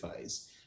phase